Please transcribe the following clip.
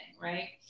right